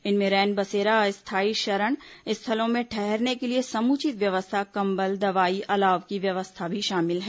इनमें रैन बसेरा अस्थायी शरण स्थलों में ठहरने के लिए समुचित व्यवस्था कंबल दवाई और अलाव की व्यवस्था शामिल है